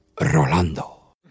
Rolando